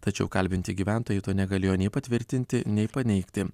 tačiau kalbinti gyventojai to negalėjo nei patvirtinti nei paneigti